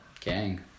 Gang